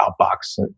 outbox